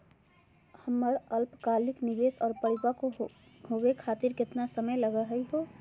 हमर अल्पकालिक निवेस क परिपक्व होवे खातिर केतना समय लगही हो?